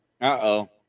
Uh-oh